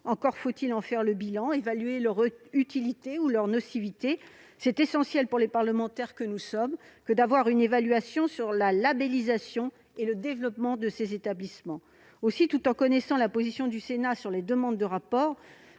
encore faut-il en dresser le bilan, évaluer leur utilité ou leur nocivité. Il est essentiel, pour les parlementaires que nous sommes, de disposer d'une évaluation de la labellisation et du développement des hôpitaux de proximité. Aussi, tout en connaissant la position du Sénat sur les demandes de rapport,